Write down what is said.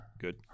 Good